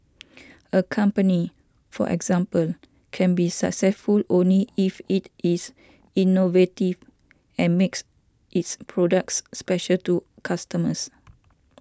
a company for example can be successful only if it is innovative and makes its products special to customers